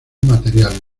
materiales